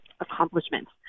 accomplishments